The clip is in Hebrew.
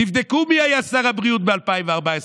תבדקו מי היה שר הבריאות ב-2014,